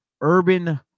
urban